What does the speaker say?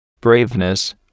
braveness